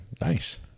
Nice